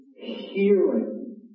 hearing